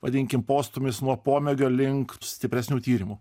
vadinkim postūmis nuo pomėgio link stipresnių tyrimų